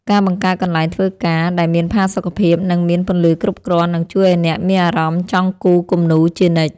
ការបង្កើតកន្លែងធ្វើការដែលមានផាសុកភាព និង មានពន្លឺគ្រប់គ្រាន់នឹងជួយឱ្យអ្នកមានអារម្មណ៍ចង់គូរគំនូរជានិច្ច។